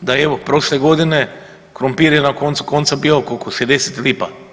da evo prošle godine krumpir je na koncu konca bio koliko 60 lipa.